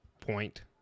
point